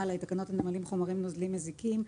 לתקנות נמלים (חומרים נוזליים מזיקים).